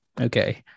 okay